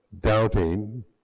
doubting